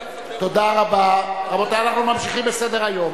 רבותי, אנחנו ממשיכים בסדר-היום.